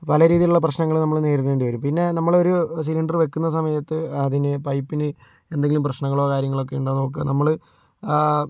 പല രീതിയിലുള്ള പ്രശ്നങ്ങള് നമ്മള് നേരിടേണ്ടി വരും പിന്നെ നമ്മളൊരു സിലിണ്ടർ വയ്ക്കുന്ന സമയത്ത് അതിനു പൈപ്പിന് എന്തെങ്കിലും പ്രശ്നങ്ങളോ കാര്യങ്ങളോ ഒക്കെ ഉണ്ടോയെന്ന് നോക്കുക നമ്മള്